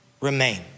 remain